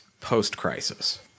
post-crisis